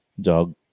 Dog